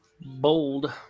Bold